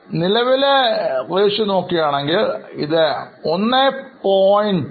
നിലവിലെ അനുപാതത്തിലേക്ക് നോക്കുകയാണെങ്കിൽ ഇത് 1